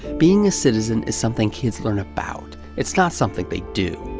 being a citizen is something kids learn about, it's not something they do.